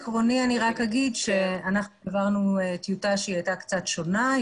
באופן עקרוני אגיד שהעברנו טיוטה שהייתה קצת שונה,